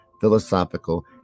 philosophical